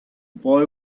boy